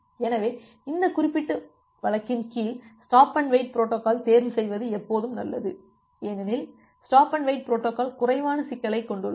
எனவே இந்த குறிப்பிட்ட வழக்கின் கீழ் ஸ்டாப் அண்டு வெயிட் புரோட்டோகால் தேர்வு செய்வது எப்போதும் நல்லது ஏனெனில் ஸ்டாப் அண்டு வெயிட் புரோட்டோகால் குறைவான சிக்கலைக் கொண்டுள்ளது